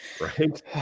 Right